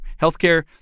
Healthcare